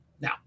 Now